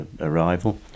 arrival